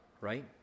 right